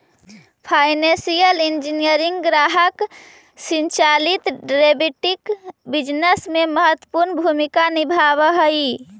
financial engineering ग्राहक संचालित derivative business में महत्वपूर्ण भूमिका निभावऽ हई